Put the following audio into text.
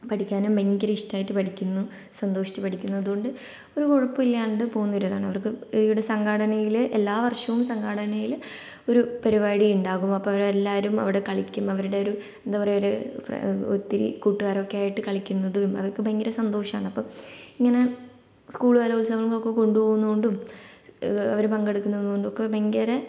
പഠിക്കാനും ഭയങ്കര ഇഷ്ടം ആയിട്ട് പഠിക്കുന്നു സന്തോഷിച്ചു പഠിക്കുന്നു അതുകൊണ്ട് ഒരു കുഴപ്പമില്ലാണ്ട് പോകുന്ന ഒരു ഇതാണ് അവർക്ക് ഇവിടെ സംഘടനയില് എല്ലാവർഷവും സംഘടനയില് ഒരു പരിപാടി ഉണ്ടാകും അപ്പോൾ അവരെല്ലാവരും അവിടെ കളിക്കും അവരുടെ ഒരു എന്താ പറയുക ഒര് ഒത്തിരി കൂട്ടുകാരൊക്കെ ആയിട്ട് കളിക്കുന്നതും അതൊക്കെ ഭയങ്കര സന്തോഷമാണ് അപ്പം ഇങ്ങനെ സ്കൂൾ കലോത്സവങ്ങൾക്കൊക്കെ കൊണ്ടുപോകുന്നതുകൊണ്ടും അവര് പങ്കെടുക്കുന്നതുകൊണ്ടും ഒക്കെ ഭയങ്കര